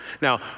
Now